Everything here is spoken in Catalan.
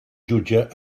jutge